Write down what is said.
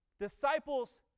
Disciples